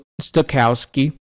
Stokowski